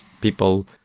people